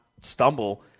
stumble